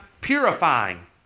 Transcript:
purifying